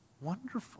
wonderful